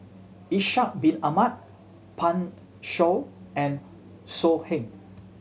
Ishak Bin Ahmad Pan Shou and So Heng